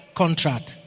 contract